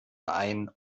ein